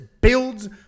builds